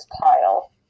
pile